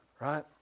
Right